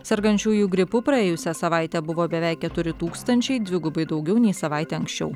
sergančiųjų gripu praėjusią savaitę buvo beveik keturi tūkstančiai dvigubai daugiau nei savaite anksčiau